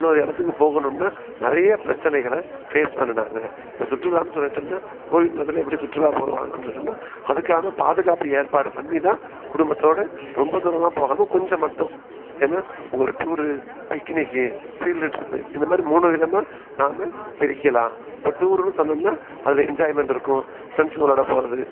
இன்னொரு இடத்துக்கு போகணும்னால் நிறைய பிரச்சினைகள ஃபேஸ் பண்ணின்னாங்க இப்போது சுற்றுலான்னு சொல்லிவிட்டம்னா கோவிட் காலத்தில் எப்படி சுற்றுலா போவாங்கன்னு சொன்னம்னால் அதுக்கான பாதுகாப்பு ஏற்பாடு பண்ணி தான் குடும்பத்தோடு ரொம்ப தூரமெலாம் போகாமல் கொஞ்சம் மட்டும் ஏன்னால் ஒரு டூரு பிக்கினிக்கு ஃபீல்டு ட்ரிப்பு இந்த மாதிரி மூணு விதமாக நாம் பிரிக்கலாம் இப்போது டூருன்னு சொன்னோன்னால் அதில் என்ஜாய்மெண்ட் இருக்கும் ஃப்ரெண்ட்ஸுங்களோடு போகிறது